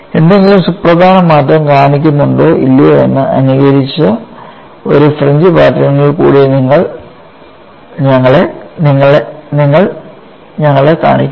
എന്തെങ്കിലും സുപ്രധാന മാറ്റം കാണിക്കുന്നുണ്ടോ ഇല്ലയോ എന്ന് അനുകരിച്ച ഒരു ഫ്രിഞ്ച് പാറ്റേണുകൾ കൂടി നിങ്ങളെ കാണിക്കുന്നു